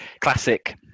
classic